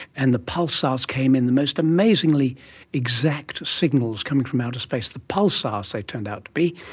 and the pulsars came in, the most amazingly exact signals coming from outer space, the pulsars ah so they turned out to be,